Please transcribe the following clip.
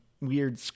weird